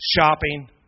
shopping